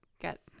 Get